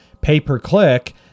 Pay-per-click